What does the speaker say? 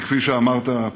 כפי שאמרת,